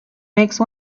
make